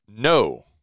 no